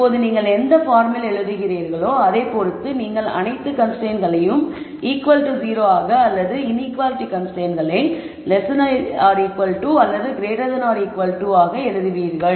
இப்போது நீங்கள் எந்த பார்மில் எழுதுகிறீர்களோ அதை பொறுத்து நீங்கள் அனைத்து கன்ஸ்ரைன்ட்ஸ்களையும் 0 ஆக அல்லது இன்ஈகுவாலிட்டி கன்ஸ்ரைன்ட்ஸ்களை அல்லது ஆக எழுதுவீர்கள்